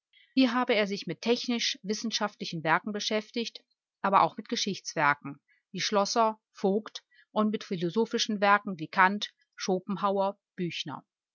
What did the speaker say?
hier habe er sich mit technisch wissenschaftlichen werken beschäftigt aber auch mit geschichtswerken wie schlosser voigt und mit philosophischen werken wie kant schopenhauer